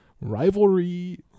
rivalry